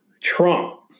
Trump